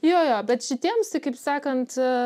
jo jo bet šitiems tai kaip sakant